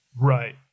Right